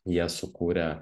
jie sukūrė